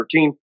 13